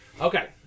Okay